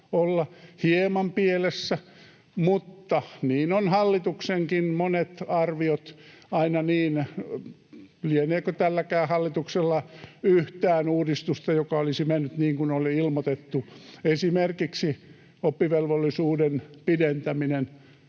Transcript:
olla hieman pielessä, mutta niin on hallituksenkin monet arviot aina niin. Lieneekö tälläkään hallituksella yhtään uudistusta, joka olisi mennyt niin kuin oli ilmoitettu. Esimerkiksi oppivelvollisuuden pidentäminen